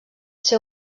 ser